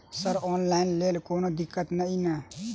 Sir online लैल कोनो दिक्कत न ई नै?